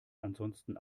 ansonsten